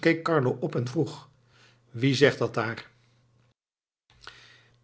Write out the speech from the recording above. keek carlo op en vroeg wie zegt dat daar